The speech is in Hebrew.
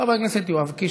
חבר הכנסת יואב קיש,